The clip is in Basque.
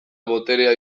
boterea